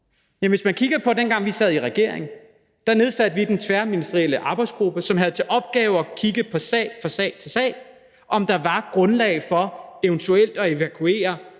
Da vi sad i regering, nedsatte vi den tværministerielle arbejdsgruppe, som havde til opgave at kigge på sagerne sag for sag, altså om der var grundlag for eventuelt at evakuere